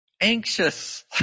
anxious